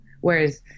whereas